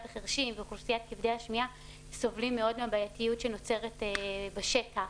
החירשים וכבדי השמיעה סובלים מאוד מהבעייתיות שנוצרת בשטח.